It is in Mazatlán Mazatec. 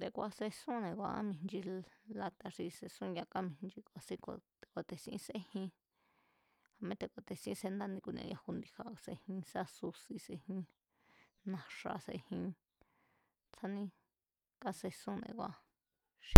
te̱ku̱a̱ se̱súnne̱ kua̱ kamijnchi ngu lata̱ xi se̱súnya kámijnchi ku̱a̱sín ku̱a̱, te̱ ku̱a̱te̱sín sejin, a̱me te̱ku̱a̱te̱sin séndáni ku̱nia yaju ndi̱ja̱ se̱jin sa susi se̱jin na̱xa̱ se̱jin, tsjání kásesúnne̱ kua̱ xi.